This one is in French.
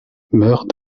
meurt